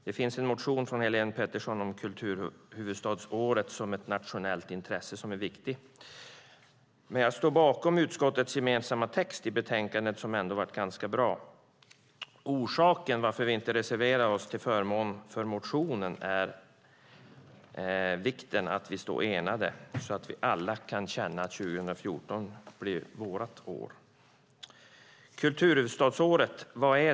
Det finns en motion från Helén Pettersson om kulturhuvudstadsåret som ett nationellt intresse som är viktig. Jag står dock bakom utskottets gemensamma text i betänkandet, som ändå blev ganska bra. Orsaken till att vi inte reserverar oss till förmån för motionen är vikten av att vi står enade, så att vi alla kan känna att 2014 blir vårt år. Vad är då kulturhuvudstadsåret?